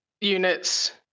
units